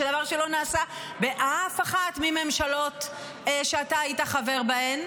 שזה דבר שלא נעשה באף אחת מהממשלות שאתה היית חבר בהן.